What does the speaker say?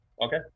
Okay